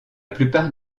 plupart